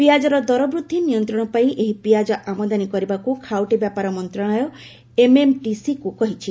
ପିଆଜର ଦରବୃଦ୍ଧି ନିୟନ୍ତ୍ରଣ ପାଇଁ ଏହି ପିଆଜ ଆମଦାନୀ କରିବାକୁ ଖାଉଟି ବ୍ୟାପାର ମନ୍ତ୍ରଶାଳୟ ଏମଏମଟିସିକ୍ କହିଛି